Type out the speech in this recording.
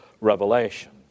revelation